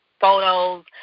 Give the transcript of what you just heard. photos